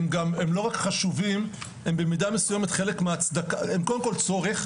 הם לא רק חשובים; הם במידה מסוימת קודם כול צורך,